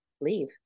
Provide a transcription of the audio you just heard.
leave